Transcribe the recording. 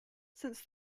since